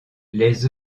les